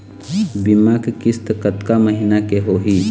बीमा के किस्त कतका महीना के होही?